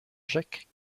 jacques